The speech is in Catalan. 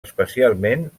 especialment